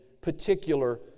particular